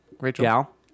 Rachel